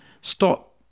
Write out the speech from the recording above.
stop